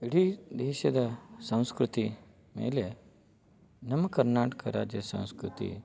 ಇಡೀ ದೇಶದ ಸಂಸ್ಕೃತಿ ಮೇಲೆ ನಮ್ಮ ಕರ್ನಾಟಕ ರಾಜ್ಯ ಸಂಸ್ಕೃತಿ